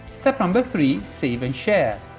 um but three save and share.